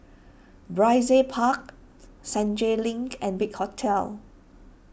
Brizay Park Senja Link and Big Hotel